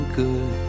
good